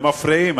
ולקריאה שלישית.